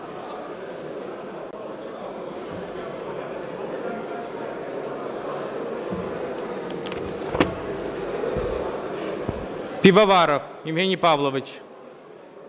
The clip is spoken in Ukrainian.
Пивоваров Євген Павлович.